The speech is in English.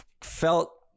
felt